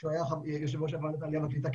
כשהוא יושב ראש ועדת העלייה והקליטה,